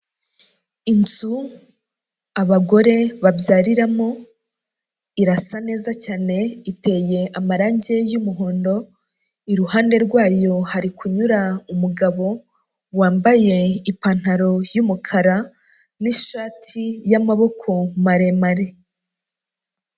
Inzu abagore babyariramo irasa neza cyane iteye amarange y'umuhondo iruhande rwayo hari kunyura umugabo wambaye ipantaro y'umukara n'ishati y'amaboko maremare.